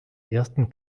ersten